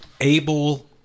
able